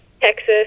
Texas